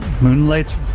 Moonlight's